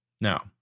Now